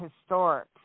Historic